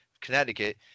Connecticut